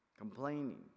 Complaining